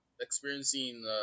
experiencing